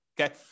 Okay